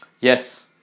Yes